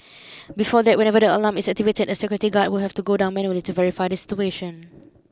before that whenever the alarm is activated a security guard would have to go down manually to verify the situation